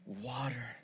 water